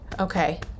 Okay